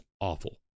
awful